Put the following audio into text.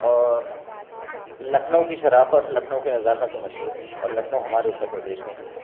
اور لکھنؤ کی شرافت لکھنؤ کی نزاکت تو مشہور ہے اور لکھنؤ ہمارے اتر پردیش میں ہی ہے